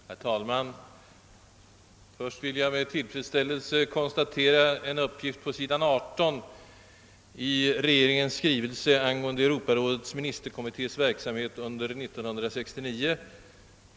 Herr talman! Först vill jag med tillfredsställelse notera en uppgift på s. 18 i regeringens skrivelse angående Europarådets ministerkommittés verksamhet under 1969.